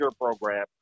program